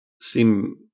seem